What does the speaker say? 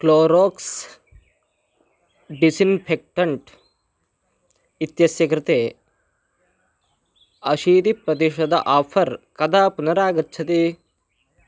Clorox disinfectant इत्यस्य कृते अशीतिप्रतिशतम् आफ़र् कदा पुनरागच्छति